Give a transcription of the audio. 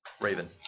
Raven